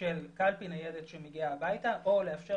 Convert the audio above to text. של קלפי ניידת שמגיעה הביתה או לאפשר